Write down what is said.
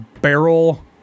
barrel